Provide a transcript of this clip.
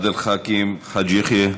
עבד אל חכים חאג' יחיא,